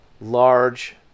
large